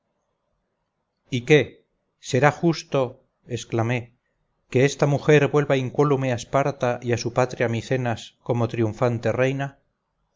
y qué será justo exclamé que esta mujer vuelva incólume a esparta y a su patria micenas como triunfante reina